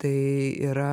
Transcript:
tai yra